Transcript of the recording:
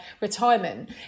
retirement